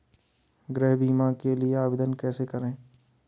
गृह बीमा के लिए आवेदन कैसे करें?